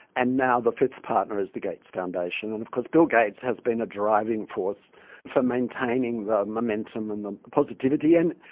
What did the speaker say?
and now the fifth partner is the gates foundation. and of course bill gates has been a driving force for maintaining the momentum and the positivity. and